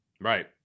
Right